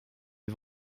est